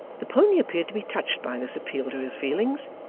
the pony appeared to be touched by this appeal to his feelings,